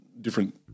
different